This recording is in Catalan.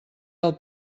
del